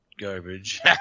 garbage